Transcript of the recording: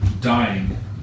dying